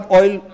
oil